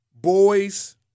boys